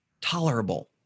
tolerable